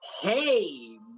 hey